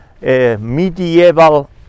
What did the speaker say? medieval